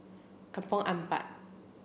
Kampong Ampat